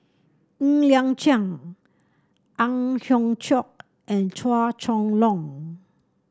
Ng Liang Chiang Ang Hiong Chiok and Chua Chong Long